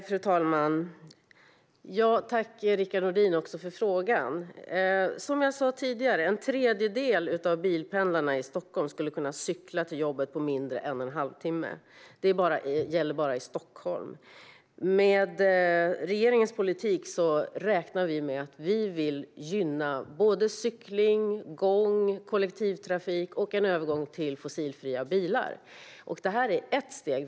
Fru talman! Jag tackar Rickard Nordin för frågan. Som jag sa tidigare skulle en tredjedel av bilpendlarna i Stockholm kunna cykla till jobbet på mindre än en halvtimme. Det gäller bara i Stockholm. Vi vill med regeringens politik gynna cykling, gång, kollektivtrafik och en övergång till fossilfria bilar. Detta är ett steg.